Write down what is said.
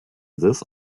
this